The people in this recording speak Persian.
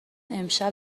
امشب